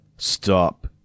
Stop